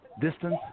distance